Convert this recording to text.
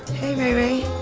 hey, i,